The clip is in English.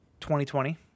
2020